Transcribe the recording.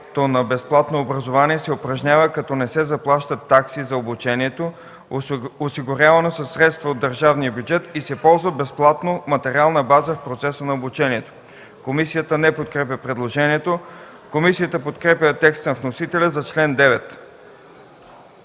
Комисията не подкрепя предложението. Комисията подкрепя текста на вносителя за чл. 9.